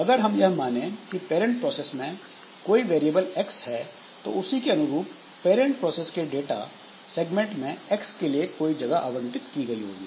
अगर हम यह माने कि पेरेंट प्रोसेस में कोई वेरिएबल एक्स है तो उसी के अनुरूप पेरेंट प्रोसेस के डाटा सेगमेंट में एक्स के लिए कोई जगह आवंटित की गई होगी